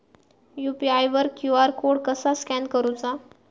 UPI वर QR code कसा scan करूचा?